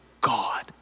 God